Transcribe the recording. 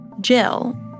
Jill